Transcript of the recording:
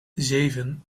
zeven